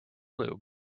lube